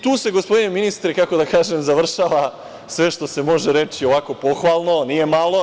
Tu se gospodine ministre, kako da kažem, završava sve što se može reći ovako pohvalno, a nije malo.